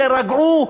תירגעו,